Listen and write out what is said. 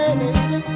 baby